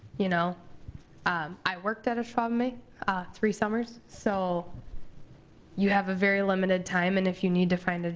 you know um i worked at ashwaubomay three summers. so you have a very limited time. and if you need to find, ah